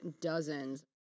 dozens